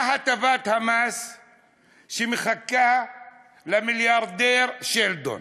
מה הטבת המס שמחכה למיליארדר שלדון,